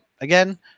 Again